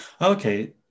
Okay